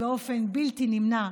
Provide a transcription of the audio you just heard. באופן בלתי נמנע,